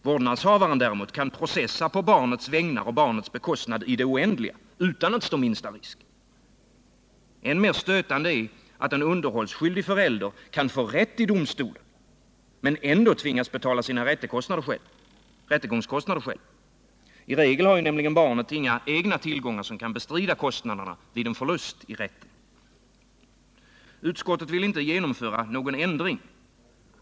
Vårdnadshavaren däremot kan processa på barnets vägnar och barnets bekostnad i det oändliga utan att stå minsta risk. Än mer stötande är det att en underhållsskyldig förälder kan få rätt i domstolen men ändå tvingas betala sina rättegångskostnader själv. I regel har ju nämligen barnet inga egna tillgångar som kan bestrida kostnaderna vid en förlust i rätten. Utskottet vill inte genomföra någon ändring.